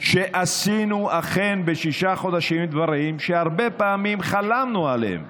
שאכן עשינו בשישה חודשים דברים שהרבה פעמים חלמנו עליהם,